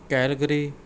Calgary